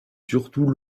surtout